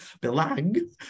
Belang